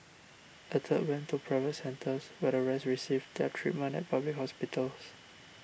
a third went to private centres while the rest received their treatment at public hospitals